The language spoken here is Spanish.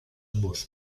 bush